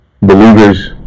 Believers